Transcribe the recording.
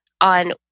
on